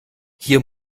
hier